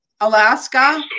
Alaska